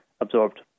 absorbed